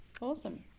awesome